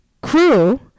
crew